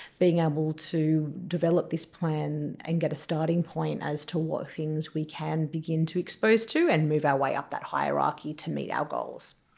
being able to develop this plan and get a starting point as to what things we can begin to expose to and move our way up that hierarchy to meet our goals.